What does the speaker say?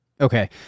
Okay